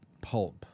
pulp